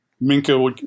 Minka